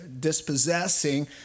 Dispossessing